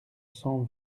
cent